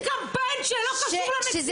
כשאת